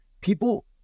people